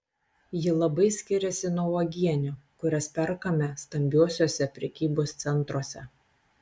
ji labai skiriasi nuo uogienių kurias perkame stambiuosiuose prekybos centruose